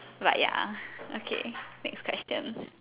but ya okay next question